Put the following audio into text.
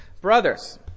Brothers